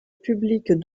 public